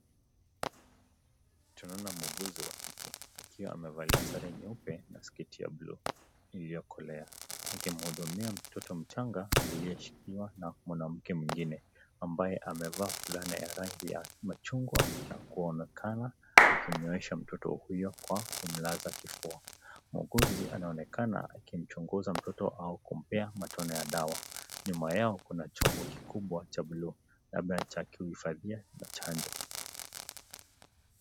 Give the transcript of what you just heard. Tunaona muuguzi wa kike akiwa amevalia sare nyeupe na sketi ya buluu iliyokolea akimhudumia mtoto mchanga aliyeshikiwa na mwanamke mwingine ambaye amevaa fulana ya rangi ya machungwa na kuonekana akimyoosha mtoto huyo kwa kumlaza kifua. Muuguzi anaoneka kumchunguza mtoto au kumpea matone ya dawa. Nyuma yao kuna chombo kikubwa cha bluu labda cha kuhifadhia chanjo